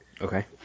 Okay